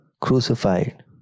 Crucified